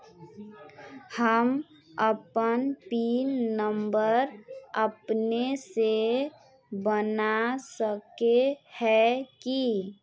हम अपन pin number अपने से बना सके है की?